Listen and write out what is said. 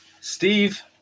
Steve